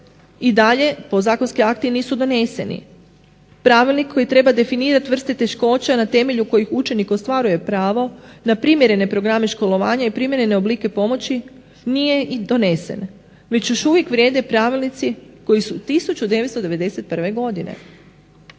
i dalje podzakonski akti nisu doneseni. Pravilnik koji treba definirati vrste teškoća na temelju kojih učenik ostvaruje pravo na primjerene programe školovanja i primjerene oblike pomoći nije i donesen. Već još uvijek vrijede pravilnici koji su 1991. godine.